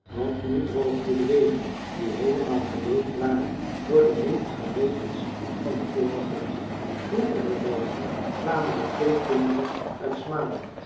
want nu droogden de wegen die heelemaal geweekt waren door de hevige regens van den vorigen dag vroeg in den morgen kwamen de twee kinderen uit smaland